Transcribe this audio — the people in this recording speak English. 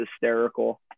hysterical